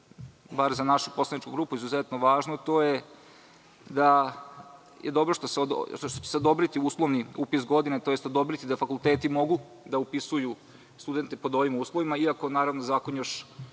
bar za našu poslaničku grupu izuzetno važno je da je dobro što će se odobriti uslovni upis godine tj. odobriće se da fakulteti mogu da upisuju studente pod ovim uslovima iako zakon još